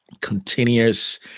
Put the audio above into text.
continuous